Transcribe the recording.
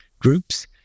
groups